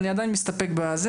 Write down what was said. אני עדיין מסתפק בזה,